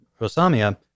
Rosamia